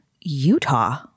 Utah